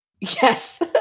Yes